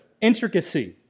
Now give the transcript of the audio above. intricacy